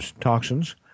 toxins